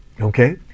Okay